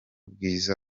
bwiza